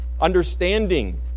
Understanding